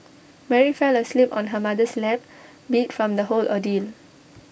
Mary fell asleep on her mother's lap beat from the whole ordeal